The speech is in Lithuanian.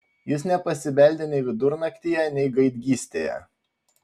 jis nepasibeldė nei vidurnaktyje nei gaidgystėje